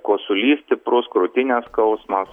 kosulys stiprus krūtinės skausmas